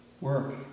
work